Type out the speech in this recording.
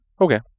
okay